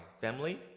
family